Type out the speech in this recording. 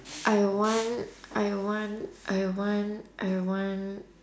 I want I want I want I want